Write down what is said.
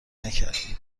نکردی